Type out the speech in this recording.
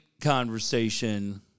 conversation